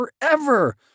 forever